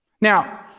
Now